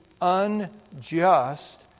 unjust